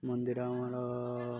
ମନ୍ଦିର ଆମର